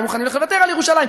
הם לא מוכנים לוותר על ירושלים.